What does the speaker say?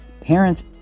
Parents